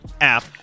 app